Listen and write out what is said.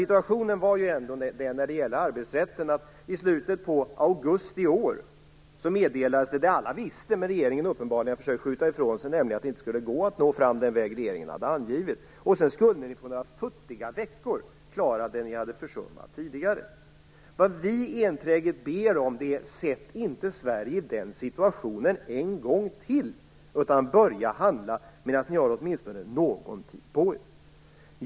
När det gäller arbetsrätten var situationen ändå den, att i slutet på augusti i år meddelades det som alla visste men som regeringen uppenbarligen hade försökt skjuta ifrån sig, nämligen att det inte skulle gå att nå fram den väg som regeringen hade angivit. Sedan skulle ni på några få veckor klara det ni hade försummat tidigare. Vad vi enträget ber om är detta: Sätt inte Sverige i den situationen en gång till, utan börja handla medan ni har åtminstone någon tid på er!